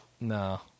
No